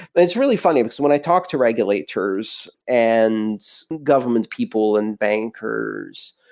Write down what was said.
but it's really funny, because when i talk to regulators, and government people, and bankers,